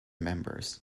members